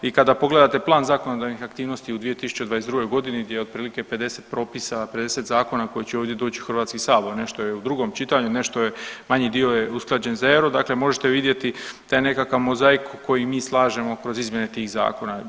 I kada pogledate plan zakonodavnih aktivnosti u 2022.g. gdje je otprilike 50 propisa, 50 zakona koji će ovdje doći u HS, nešto je u drugom čitanju, nešto je manji dio je usklađen za EU, dakle možete vidjeti taj nekakav mozaik koji mi slažemo kroz izmjene tih zakona.